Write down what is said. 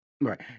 Right